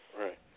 right